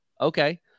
Okay